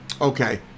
Okay